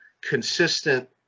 consistent